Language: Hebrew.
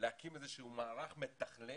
להקים איזשהו מערך מתכלל